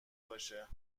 باشه